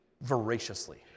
voraciously